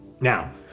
Now